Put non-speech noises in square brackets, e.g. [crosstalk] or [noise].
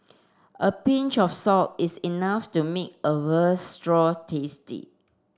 a pinch of salt is enough to make a veal [unintelligible] tasty